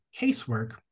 casework